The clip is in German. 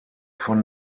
von